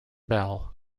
bell